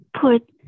put